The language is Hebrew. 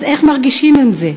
אז איך אתם מרגישים עם זה?